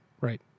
Right